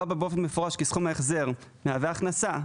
בה במפורש כי סכום ההחזר מהווה הכנסה",